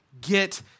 get